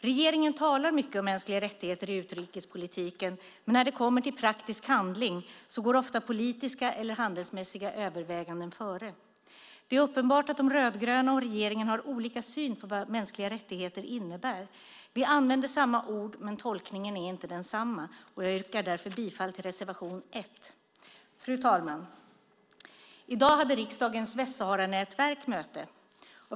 Regeringen talar mycket om mänskliga rättigheter i utrikespolitiken, men när det kommer till praktisk handling går ofta politiska eller handelsmässiga överväganden före. Det är uppenbart att de rödgröna och regeringen har olika syn på vad mänskliga rättigheter innebär. Vi använder samma ord, men tolkningen är inte densamma. Jag yrkar därför bifall till reservation 1. Fru talman! I dag hade riksdagens Västsaharanätverk möte.